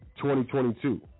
2022